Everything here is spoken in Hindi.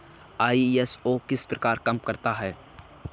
आई.एस.ओ किस प्रकार काम करता है